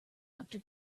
doctor